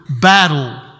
battle